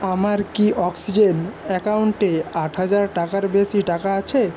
আমার কি অক্সিজেন অ্যাকাউন্টে আট হাজার টাকার বেশি টাকা আছে